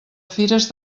fires